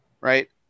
Right